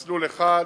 מסלול אחד